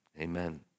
Amen